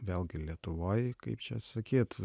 vėlgi lietuvoj kaip čia sakyt